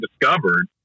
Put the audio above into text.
discovered